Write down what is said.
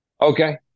Okay